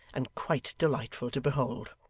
and quite delightful to behold.